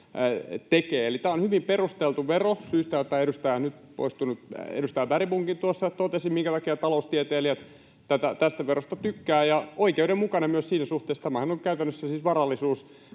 tekee. Eli tämä on hyvin perusteltu vero syistä, jotka nyt poistunut edustaja Bergbomkin tuossa totesi siitä, minkä takia taloustieteilijät tästä verosta tykkäävät. Se on oikeudenmukainen myös siinä suhteessa, että tämähän on käytännössä siis varallisuuden